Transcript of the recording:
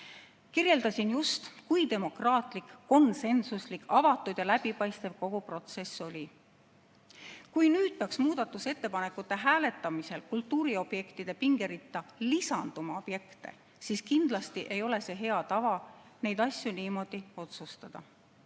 Kirjeldasin just, kui demokraatlik, konsensuslik, avatud ja läbipaistev kogu protsess oli. Kui nüüd peaks muudatusettepanekute hääletamisel kultuuriobjektide pingeritta objekte lisanduma, siis kindlasti ei ole see hea tava asju niimoodi otsustada.